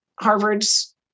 Harvard's